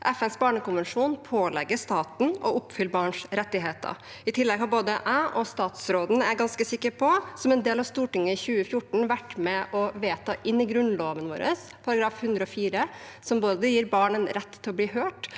FNs barnekonvensjon pålegger staten å oppfylle barns rettigheter. I tillegg har både jeg og statsråden – er jeg ganske sikker på – som en del av Stortinget 2014 vært med på å vedta inn i Grunnloven vår § 104, som både gir barn en rett til å bli hørt